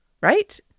right